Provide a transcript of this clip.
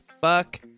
fuck